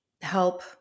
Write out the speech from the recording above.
help